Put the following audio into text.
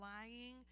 lying